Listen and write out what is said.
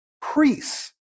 priests